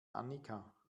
annika